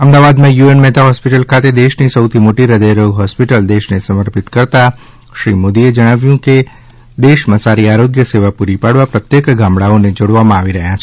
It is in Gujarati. અમદાવાદમાં યુએન મહેતા હોસ્પિટલ ખાતે દેશની સૌથી મોટી હ્રદય રોગ હોસ્પિટલ દેશને સમર્પિત કરતા શ્રી મોદીએ જણાવ્યું કે દેશમાં સારી આરોગ્ય સેવા પુરી પાડવા પ્રત્યેક ગામડાઓને જોડવામાં આવી રહ્યા છે